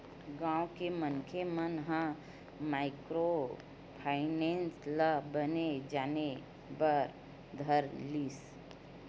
गाँव के मनखे मन ह माइक्रो फायनेंस ल बने जाने बर धर लिस